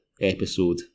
episode